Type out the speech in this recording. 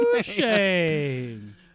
shame